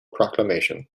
proclamation